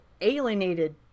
alienated